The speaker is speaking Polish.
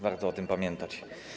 Warto o tym pamiętać.